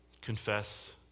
Confess